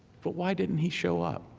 but why didn't he show up?